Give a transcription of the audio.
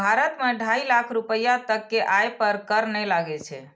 भारत मे ढाइ लाख रुपैया तक के आय पर कर नै लागै छै